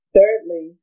Thirdly